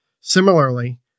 Similarly